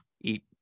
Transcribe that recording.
eat